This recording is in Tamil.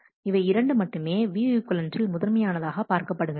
இவை இரண்டு மட்டுமே வியூ ஈக்விவலெண்டில் முதன்மையானதாக பார்க்கப்படுகிறது